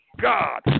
God